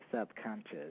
subconscious